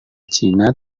cina